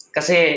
Kasi